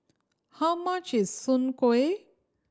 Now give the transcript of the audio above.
how much is Soon Kuih